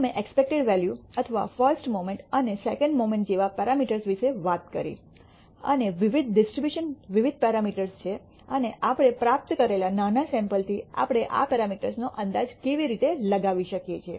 અમે expected value અથવા first moment અને સેકન્ડ મોમેન્ટ જેવા પેરામીટર્સ વિશે વાત કરી અને વિવિધ ડિસ્ટ્રીબ્યુશન વિવિધ પેરામીટર્સ છે અને આપણે પ્રાપ્ત કરેલા નાના સૈમ્પલથી આપણે આ પેરામીટર્સ નો અંદાજ કેવી રીતે લગાવી શકીએ છીએ